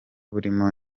burimo